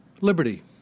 liberty